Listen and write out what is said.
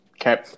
Okay